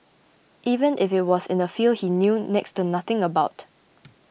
even if it was in a field he knew next to nothing about